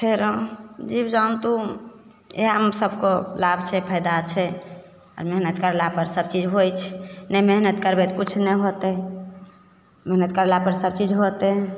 फेर जीव जन्तु इएहमे सभके लाभ छै फायदा छै मेहनति करलापर सबचीज होइ छै नहि मेहनति करबै तऽ किछु नहि होतै मेहनति करलापर सबचीज होतै